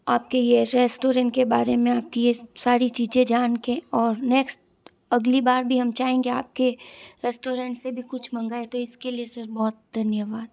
आपके यह रेस्टोरेंट के बारे में आपकी यह सारी चीज़ें जान कर और नेक्स्ट अगली बार भी हम चाहेंगे आपके रेस्टोरेंट से भी कुछ मंगाए तो इसके लिए सर बहुत धन्यवाद